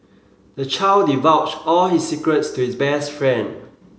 the child divulged all his secrets to his best friend